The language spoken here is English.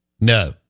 No